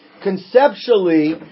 conceptually